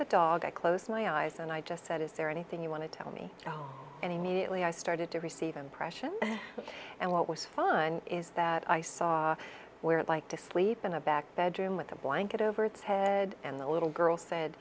the dog i close my eyes and i just said is there anything you want to tell me and immediately i started to receive impression and what was fun is that i saw where it like to sleep in a back bedroom with a blanket over its head and the little girl said